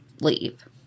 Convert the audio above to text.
leave